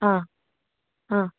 ആ ആ